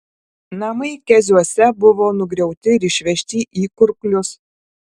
namai keziuose buvo nugriauti ir išvežti į kurklius